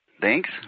Thanks